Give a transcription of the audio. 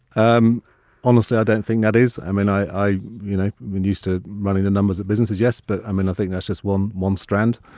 um honestly, i don't think that is, i mean i mean i been used to running the numbers at businesses, yes but i mean i think that's just one one strand.